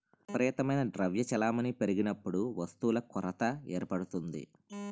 విపరీతమైన ద్రవ్య చలామణి పెరిగినప్పుడు వస్తువుల కొరత ఏర్పడుతుంది